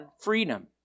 freedom